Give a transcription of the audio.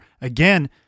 Again